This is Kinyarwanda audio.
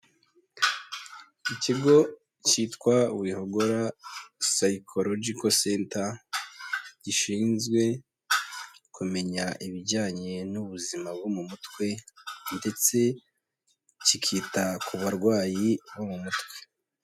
Ikigo cyitwa "Wihogora Psychological Center" gishinzwe kumenya ibijyanye n'ubuzima bwo mu mutwe ndetse kikita ku barwayi bo mu mutwe.